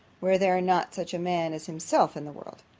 were there not such a man as himself in the world.